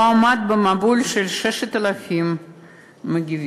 לא עמד במבול של 6,000 מגיבים.